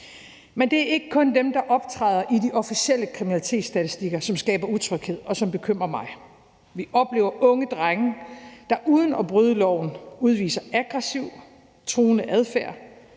Men det er ikke kun dem, der optræder i de officielle kriminalitetsstatistikker, som skaber utryghed, og som bekymrer mig. Vi oplever unge drenge, der uden at bryde loven udviser aggressiv, truende adfærd